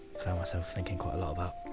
found myself thinking quite a lot about.